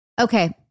Okay